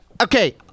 okay